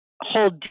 hold